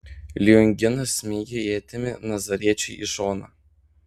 lionginas smeigė ietimi nazariečiui į šoną